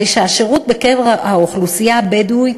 הרי שהשירות בקרב האוכלוסייה הבדואית